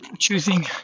choosing